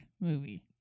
movie